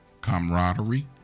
camaraderie